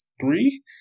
three